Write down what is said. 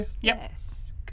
Yes